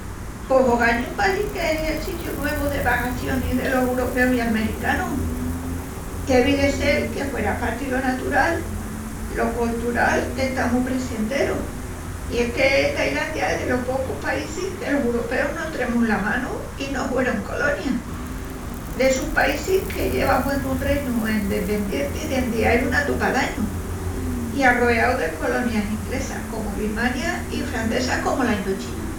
Pos ogañu pahi qu'es el sitiu nuevu de vagacionis delos uropeus i almericanus. Devi de sel que, hueraparti lo natural, lo coltural está mu presenteru, i es que Tailandia es delos pocus paísis que los uropeus no entremus las manus i no huerun colonía. Es d'essus paísis que lleva huendu un Reinu endependienti dendi ai una tupa d'añus. I arroeau de colonias inglesas, comu Birmania, i francesas, comu la Indochina.